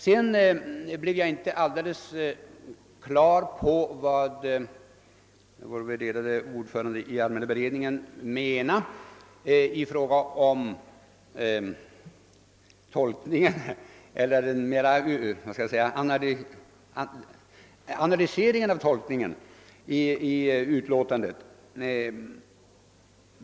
Jag blev inte alldeles på det klara med vad vår värderade ordförande i allmänna beredningsutskottet menade vid analys av tolkningarna i utlåtandet.